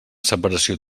separació